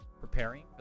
preparing